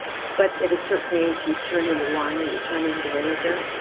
but at a certain age you turn into wine or you turn into vinegar.